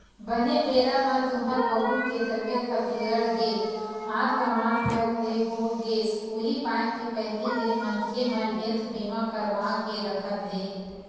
बने बेरा म तुँहर बहू के तबीयत ह बिगड़ गे हाथ लमात भर ले हो गेस उहीं पाय के पहिली ले मनखे मन हेल्थ बीमा करवा के रखत हे